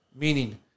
Meaning